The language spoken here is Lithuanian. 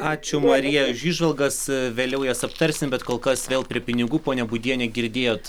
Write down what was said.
ačiū marija už įžvalgas vėliau jas aptarsim bet kol kas vėl prie pinigų ponia budiene girdėjot